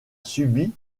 subi